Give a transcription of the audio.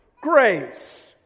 Grace